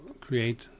create